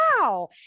Wow